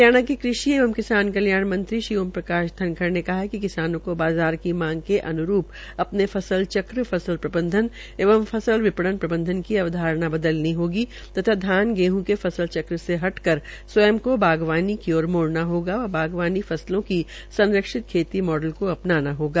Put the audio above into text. हरियाणा के कृषि एवं किसान कल्याण मन्त्री श्री ओम प्रकाश धनखड़ ने कहा है कि किसानों को बाजार की मांग के अन्रू अ ने फसल चक्र फसल प्रबंधन एवं फसल वि णन प्रबंधन की अवधारणा बदलनी होगी तथा धान गेंह के फसल चक्र से हटकर स्वयं को बागवानी की ओर मोडऩा होगा व बागवानी फसलों की संरक्षित खेती मॉडल को अ नाना होगा